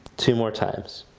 two more times.